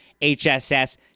HSS